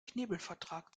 knebelvertrag